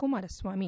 Kumaraswamy